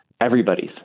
everybody's